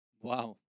Wow